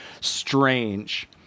strange